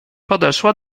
podeszła